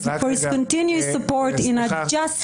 (תרגום מאנגלית לעברית) על התמיכה וההגנה על הדמוקרטיה היקרה שלנו.